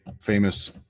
famous